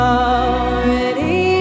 already